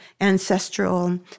ancestral